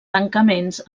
tancaments